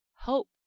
Hope